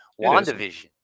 WandaVision